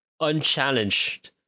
unchallenged